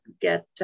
get